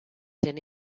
gent